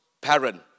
parent